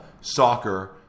soccer